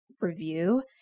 review